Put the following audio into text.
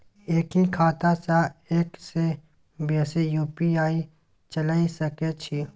एक ही खाता सं एक से बेसी यु.पी.आई चलय सके छि?